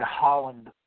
Holland